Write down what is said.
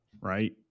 Right